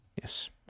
Yes